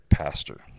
Pastor